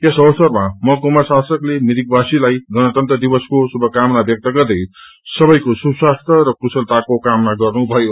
यस अवसरामा महकुमा शासकले मिरिकवासीलाई गणतन्त्र दिवसको शुभकामना व्यक्त गर्दै सबैलाई सुस्वास्थ्य र कुशलताको कामना गर्नुभयो